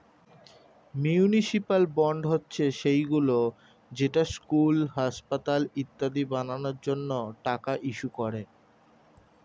municipal bond হচ্ছে সেইগুলো যেটা স্কুল, হাসপাতাল ইত্যাদি বানানোর জন্য টাকা ইস্যু করে